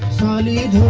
da da da